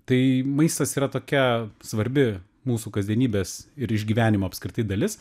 tai maistas yra tokia svarbi mūsų kasdienybės ir išgyvenimo apskritai dalis